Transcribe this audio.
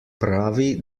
pravi